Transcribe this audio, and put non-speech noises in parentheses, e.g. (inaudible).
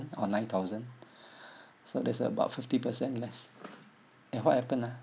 or nine thousand (breath) so that's about fifty percent less eh what happened ah